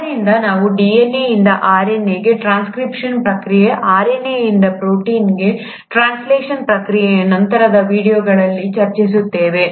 ಆದ್ದರಿಂದ ನಾವು DNA ಯಿಂದ RNA ಗೆ ಟ್ರಾನ್ಸ್ಕ್ರಿಪ್ಷನ್ ಪ್ರಕ್ರಿಯೆ RNAಯಿಂದ ಪ್ರೊಟೀನ್ಗೆ ಟ್ರಾನ್ಸ್ಲೇಷನ್ ಪ್ರಕ್ರಿಯೆಯನ್ನು ನಂತರದ ವೀಡಿಯೊಗಳಲ್ಲಿ ಚರ್ಚಿಸುತ್ತೇವೆ